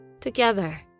together